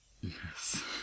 Yes